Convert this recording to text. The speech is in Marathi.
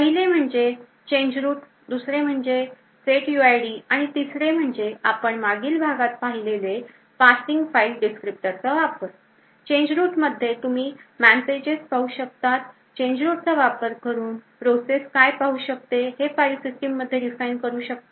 पहिले म्हणजे change root दुसरे set uid आणि तिसरे म्हणजे आपण मागील भागात पाहिलेले passing file descriptor चा वापर change root मध्ये तुम्ही man pages पाहू शकतात change root चा वापर करून process काय पाहू शकते हे file system मध्ये define करू शकतात